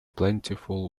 plentiful